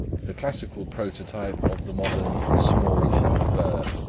the classical prototype of the modern small hot bird.